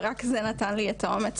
ורק זה נתן לי את האומץ